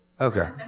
Okay